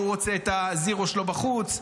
ההוא רוצה את הזירו שלו בחוץ,